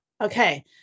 okay